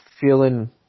feeling